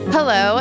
Hello